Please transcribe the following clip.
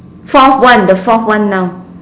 fourth one the fourth one now